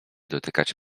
dotykać